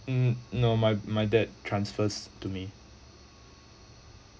um no my my dad transfers to me